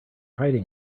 hiding